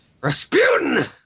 Rasputin